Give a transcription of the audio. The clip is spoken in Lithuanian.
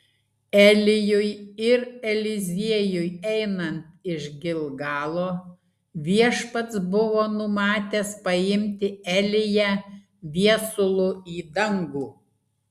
elijui ir eliziejui einant iš gilgalo viešpats buvo numatęs paimti eliją viesulu į dangų